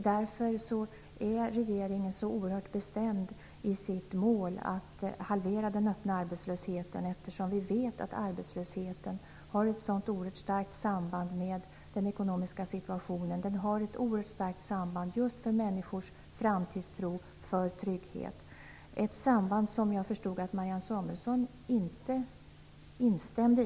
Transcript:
Därför är regeringen så oerhört bestämd i sitt mål att halvera den öppna arbetslösheten. Vi vet att arbetslösheten har ett oerhört starkt samband med den ekonomiska situationen. Den har ett oerhört starkt samband med människors framtidstro och trygghet. Där förstod jag att Marianne Samuelsson inte instämde.